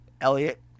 Elliot